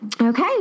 Okay